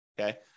Okay